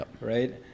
right